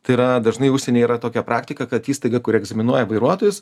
tai yra dažnai užsienyje yra tokia praktika kad įstaiga kuri egzaminuoja vairuotojus